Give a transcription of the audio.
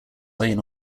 lane